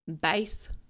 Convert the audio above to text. base